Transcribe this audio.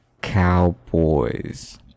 Cowboys